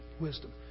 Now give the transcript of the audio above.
wisdom